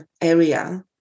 area